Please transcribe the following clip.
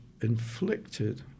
inflicted